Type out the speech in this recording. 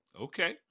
okay